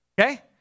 Okay